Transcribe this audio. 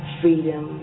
freedom